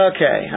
Okay